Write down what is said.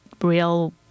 real